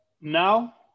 now